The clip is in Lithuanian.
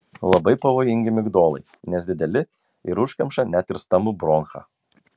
labai pavojingi migdolai nes dideli ir užkemša net ir stambų bronchą